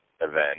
event